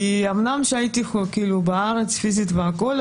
כי אמנם הייתי בארץ פיזית והכול,